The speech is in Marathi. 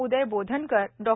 उदय बोधनकर डॉ